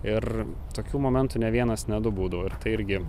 ir tokių momentų ne vienas ne du būdavo ir tai irgi